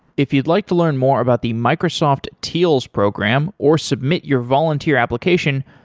if you'd like to learn more about the microsoft teals program or submit your volunteer application,